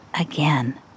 again